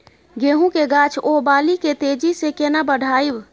गेहूं के गाछ ओ बाली के तेजी से केना बढ़ाइब?